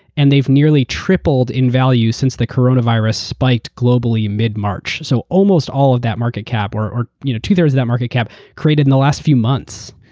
and they've nearly tripled in value since the coronavirus spiked globally mid-march. so almost all of that market cap or or you know two-thirds of that market cap created in the last few months.